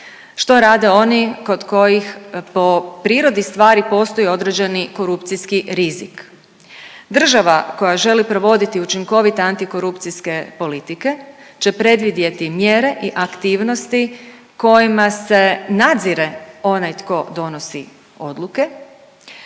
što rade oni kod kojih po prirodi stvari postoji određeni korupcijski rizik. Država koja želi provoditi učinkovite antikorupcijske politike će predvidjeti mjere i aktivnosti kojima se nadzire onaj tko donosi odluke